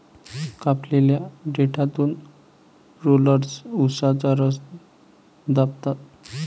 कापलेल्या देठातून रोलर्स उसाचा रस दाबतात